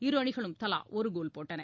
இருஅணிகளும் தலாஒருகோல் போட்டன